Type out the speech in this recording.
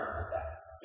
effects